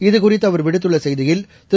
இதுகுறித்து அவர் விடுத்துள்ள செய்தியில் திரு